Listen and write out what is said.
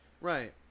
Right